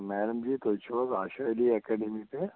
madam ji تُہی چھِو حظ آشا علی ایٚکیڈٕمی پٮ۪ٹھ